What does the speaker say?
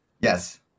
yes